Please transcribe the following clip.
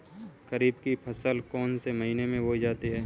खरीफ की फसल कौन से महीने में बोई जाती है?